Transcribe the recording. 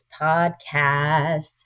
podcast